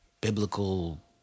biblical